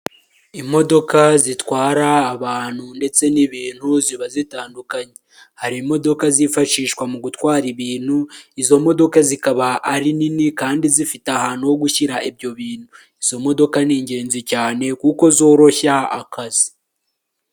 Imodoka zitwara abantu ndetse n'ibintu ziba zitandukanye hari imodoka zifashishwa mu gutwara ibintu, izo modoka zikaba ari nini kandi zifite ahantu ho gushyira ibyo bintu, izo modoka ni ingenzi cyane kuko zoroshya akazi.